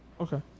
okay